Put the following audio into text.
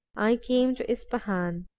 i came to ispahan.